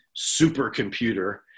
supercomputer